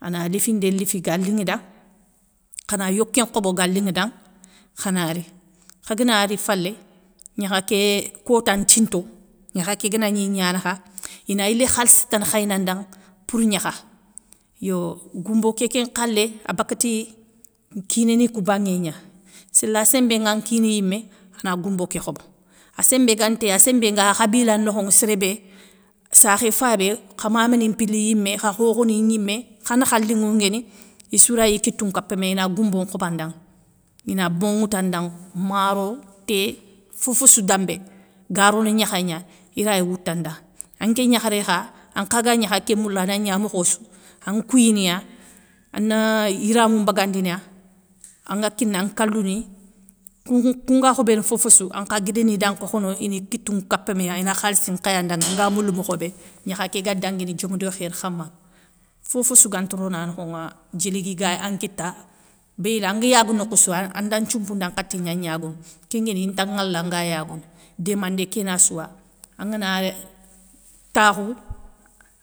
Ana lifindé lifi ga linŋe da khana yoké nkhobo ga linŋe da, khana ri, khagana ri falé, gnakha ké kota, ntinto, gnakha ké ganagni gnanakha, ina yilé khalissi tane khay na ndaŋa, pour gnakha yo. Goumbo kékén nkhalé abakati kinéni koubanŋégna. séla sémbé nga kina yimé, ana goumbo ké khobo. asémbé gantey, asémbé nga khabila nokhonŋe séré bé, sakhé fabé, kha mamani mpili yimé, kha khokhonignimé, khanakha linŋou nguéni, issouray ikitou nkapmé ina goumbo nkhoba ndaŋa, ina bon nŋwouta ndanŋ, maro, té. fofossou dambé. garone gnakha gna iray wouta nda. Anké gnakharé kha, ankha ga gnakha ké moula anagna mokhossou, an kouyiniya, ana yiramou mbagandiniya, anga kina nkalou ni koun kounga khobéné fofossou, ankha guidani da nkhokhono, ini kitou nkapouméya ina khalissi nkhaya ndanŋa anga moula mokhobé gnakha ké ga danguini diom do khéri khamaŋa. Fofoossou nganti rona nokho ŋa diéligui ga an kita, béyli anga yagou nokhoussou, anda nthioumpou nda nkhati gna gnagounou kénkguéni inta nŋwala anga yagounou démandé kénassouwa. Angana takhou,